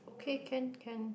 okay can can